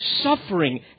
suffering